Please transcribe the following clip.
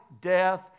death